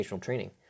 training